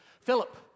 Philip